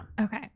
Okay